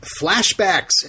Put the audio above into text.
Flashbacks